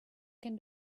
can